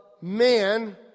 man